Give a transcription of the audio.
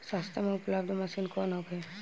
सस्ता में उपलब्ध मशीन कौन होखे?